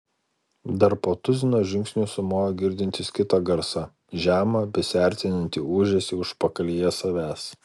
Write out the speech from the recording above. dar po tuzino žingsnių sumojo girdintis kitą garsą žemą besiartinantį ūžesį užpakalyje savęs